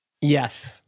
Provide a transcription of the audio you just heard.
yes